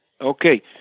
Okay